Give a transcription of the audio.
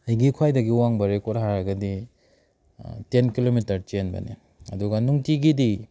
ꯑꯩꯒꯤ ꯈ꯭ꯋꯥꯏꯗꯒꯤ ꯋꯥꯡꯕ ꯔꯦꯀꯣꯔꯠ ꯍꯥꯏꯔꯒꯗꯤ ꯇꯦꯟ ꯀꯤꯂꯣꯃꯤꯇꯔ ꯆꯦꯟꯕꯅꯦ ꯑꯗꯨꯒ ꯅꯨꯡꯇꯤꯒꯤꯗꯤ